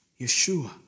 Yeshua